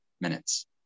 minutes